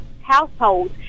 households